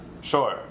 Sure